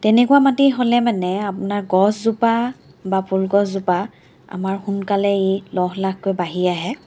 তেনেকুৱা মাটি হ'লে মানে আপোনাৰ গছজোপা বা ফুল গছজোপা আমাৰ সোনকালেই লহ লাহকৈ বাঢ়ি আহে